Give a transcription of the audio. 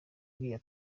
iriya